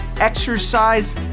exercise